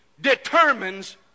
determines